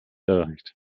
erreicht